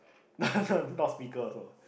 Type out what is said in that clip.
not speaker also